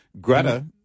Greta